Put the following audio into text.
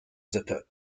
sippe